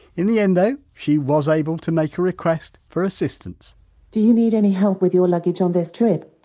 in the end though, she was able to make a request for assistance do you need any help with your luggage on this trip?